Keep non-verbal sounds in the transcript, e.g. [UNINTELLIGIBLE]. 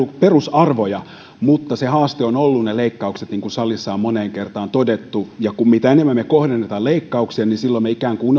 perusarvoja mutta haasteena ovat olleet ne leikkaukset niin kuin salissa on moneen kertaan todettu mitä enemmän me kohdennamme leikkauksia sitä enemmän me ikään kuin [UNINTELLIGIBLE]